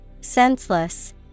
Senseless